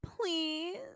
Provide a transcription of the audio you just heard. Please